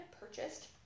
purchased